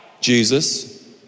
Jesus